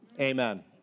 Amen